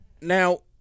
Now